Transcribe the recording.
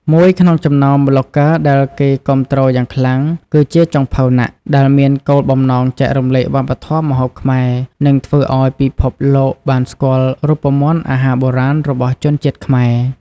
មួយក្នុងចំណោមប្លុកហ្គើដែលគេគាំទ្រយ៉ាងខ្លាំង គឺជាចុងភៅណាក់ ដែលមានគោលបំណងចែករំលែកវប្បធម៌ម្ហូបខ្មែរនិងធ្វើឲ្យពិភពលោកបានស្គាល់រូបមន្តអាហារបុរាណរបស់ជនជាតិខ្មែរ។